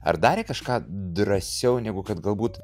ar darė kažką drąsiau negu kad galbūt